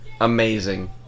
Amazing